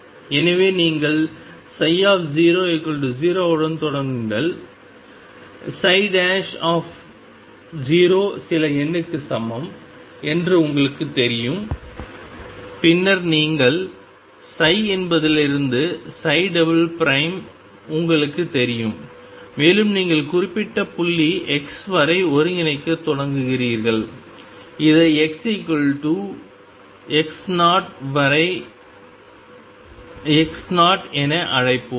எனவே நீங்கள் 00 உடன் தொடங்குங்கள் 0 சில எண்ணுக்கு சமம் என்று உங்களுக்குத் தெரியும் பின்னர் நீங்கள் என்பதிலிருந்து உங்களுக்குத் தெரியும் மேலும் நீங்கள் குறிப்பிட்ட புள்ளி x வரை ஒருங்கிணைக்கத் தொடங்குகிறீர்கள் இதை xx0 வரை x0 என அழைப்போம்